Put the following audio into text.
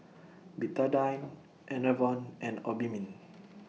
Betadine Enervon and Obimin